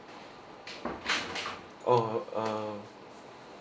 oh uh